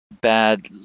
bad